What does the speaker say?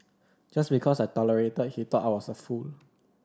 just because I tolerated he thought I was a fool